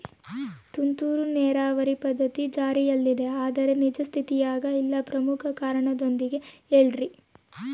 ತುಂತುರು ನೇರಾವರಿ ಪದ್ಧತಿ ಜಾರಿಯಲ್ಲಿದೆ ಆದರೆ ನಿಜ ಸ್ಥಿತಿಯಾಗ ಇಲ್ಲ ಪ್ರಮುಖ ಕಾರಣದೊಂದಿಗೆ ಹೇಳ್ರಿ?